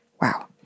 Wow